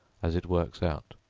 as it works out.